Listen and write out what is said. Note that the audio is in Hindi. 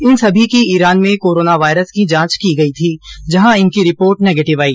इन सभी की ईरान में कोरोना वायरस की जांच की गयी थी जहां इनकी रिपोर्ट निगेटिव आई